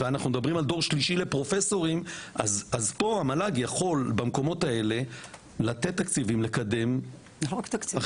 אז פה המועצה להשכלה גבוהה יכולה במקומות האלו לתת תקציבים ולקדם אחרים.